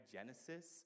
Genesis